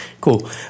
Cool